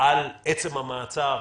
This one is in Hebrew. על עצם המעצר,